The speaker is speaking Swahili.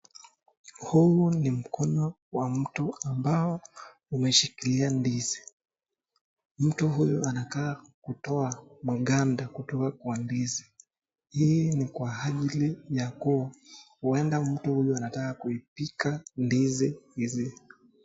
Huu ni mkono wa mtu ambao umeshikilia ndizi . Mtu huyu anakaa kutoa maganda kutoka kwa ndizi, hii ni kwa ajili ya kuwa huenda mtu huyu anataka kuipika ndizi hizi.